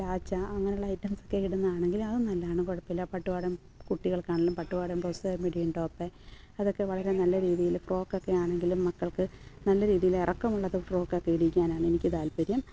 ലാച്ച അങ്ങനെയുള്ള ഐറ്റംസ് ഒക്കെ ഇടുന്നതാണെങ്കിൽ അതും നല്ലതാണ് കുഴപ്പമില്ല പാട്ടുപാവാട കുട്ടികൾക്കാണെങ്കിലും പാട്ടുപാവാടയും ബ്ലൗസ് മിഡിയും ടോപ്പ് അതൊക്കെ വളരെ നല്ല രീതിയിൽ ഫ്രോക്കൊക്കെ ആണെങ്കിലും മക്കൾക്ക് നല്ല രീതിയിൽ ഇറക്കമുള്ളത് ഫ്രോക്കൊക്കെ ഇടിയിക്കാനാണ് എനിക്ക് താല്പര്യം